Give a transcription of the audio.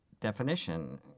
definition